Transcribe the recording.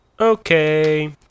Okay